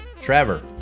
Trevor